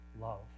love